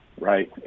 right